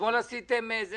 אתמול נמנעתם,